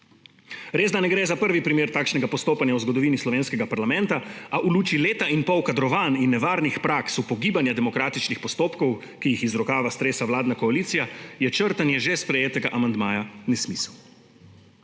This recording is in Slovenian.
Res da ne gre za prvi primer takšnega postopanja v zgodovini slovenskega parlamenta, a v luči leta in pol kadrovanj in nevarnih praks upogibanja demokratičnih postopkov, ki jih iz rokava stresa vladna koalicija, je črtanje že sprejetega amandmaja nesmisel.